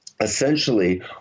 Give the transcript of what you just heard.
Essentially